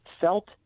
felt